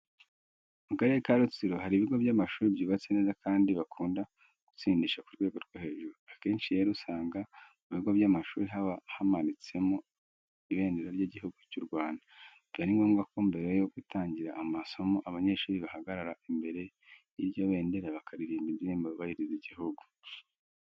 Mu Karere ka Rutsiro hari ibigo by'amashuri byubatse neza kandi bakunda gutsindisha ku rwego rwo hejuru. Akenshi rero uzasanga mu bigo by'amashuri haba hamanitsemo ibendera ry'Igihugu cy'u Rwanda. Biba ari ngombwa ko mbere yo gutangira amasomo abanyeshuri bahagarara imbere y'iryo bendera bakaririmba indirimbo yubahiriza igihugu.